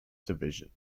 divisions